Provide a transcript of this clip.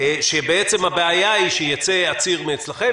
שבעצם הבעיה היא שייצא עציר מכם,